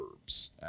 verbs